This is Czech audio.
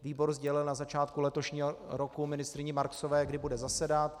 Výbor sdělil na začátku letošního roku ministryni Marksové, kdy bude zasedat.